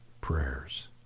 prayers